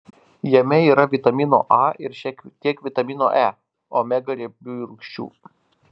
jame yra vitamino a ir šiek tiek vitamino e omega riebiųjų rūgščių